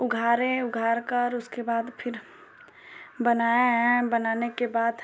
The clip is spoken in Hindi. उघाड़े उघाड़कर उसके बाद फिर बनाए हैं बनाने के बाद